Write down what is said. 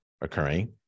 occurring